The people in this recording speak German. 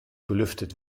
belüftet